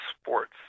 sports